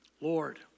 Lord